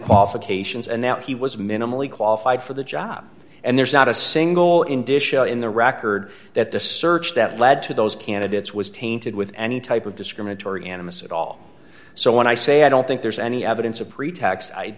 qualifications and that he was minimally qualified for the job and there's not a single in dishes in the record that the search that led to those candidates was tainted with any type of discriminatory animus at all so when i say i don't think there's any evidence of pretax i